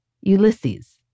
Ulysses